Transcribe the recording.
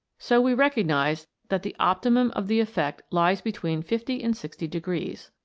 so we recognise that the optimum of the effect lies between fifty and sixty degrees.